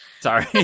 sorry